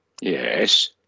Yes